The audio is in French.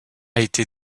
été